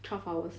twelve hours